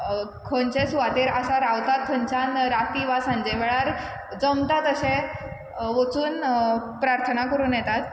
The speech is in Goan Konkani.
खंयचे सुवातेर आसात रावतात थंयच्यान राती वा सांजे वेळार जमता तशें वचून प्रार्थना करून येतात